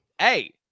Hey